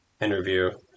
interview